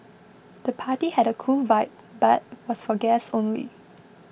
the party had a cool vibe but was for guests only